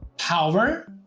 power,